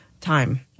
time